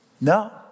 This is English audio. No